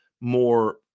more –